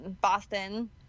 Boston